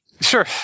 Sure